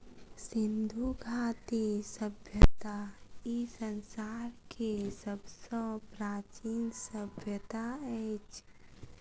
सिंधु घाटी सभय्ता ई संसार के सब सॅ प्राचीन सभय्ता अछि